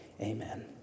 Amen